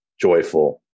joyful